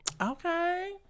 Okay